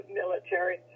military